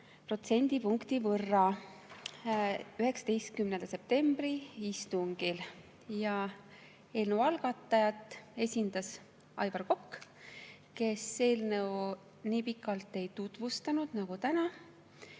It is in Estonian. protsendipunkti võrra" 19. septembri istungil. Eelnõu algatajat esindas Aivar Kokk, kes eelnõu nii pikalt ei tutvustanud, nagu täna